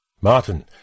Martin